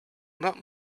not